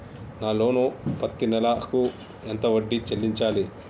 నా లోను పత్తి నెల కు ఎంత వడ్డీ చెల్లించాలి?